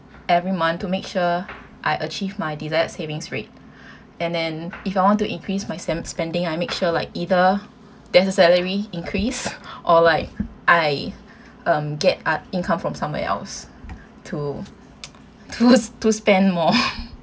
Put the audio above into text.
every month to make sure I achieve my desired savings rate and then if I want to increase my sem~ spending I'll make sure like either there's a salary increase or like I um get income from somewhere else to to spend more